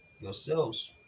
yourselves